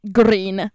green